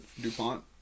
DuPont